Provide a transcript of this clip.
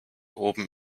oben